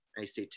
ACT